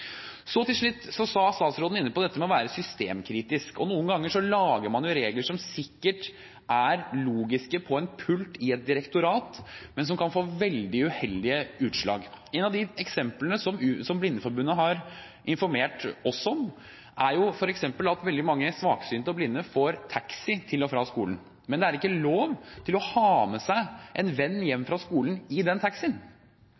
Til slutt var statsråden inne på dette med å være systemkritisk. Noen ganger lager man regler som sikkert er logiske på en pult i et direktorat, men som kan få veldig uheldige utslag. Et av de eksemplene som Blindeforbundet har informert oss om, er f.eks. at veldig mange svaksynte og blinde får taxi til og fra skolen. Men det er ikke lov til å ha med seg en venn